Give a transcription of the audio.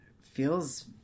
feels